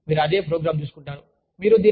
మీకు తెలుసు మీరు అదే ప్రోగ్రామ్ తీసుకుంటారు